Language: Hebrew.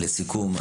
לסיכום,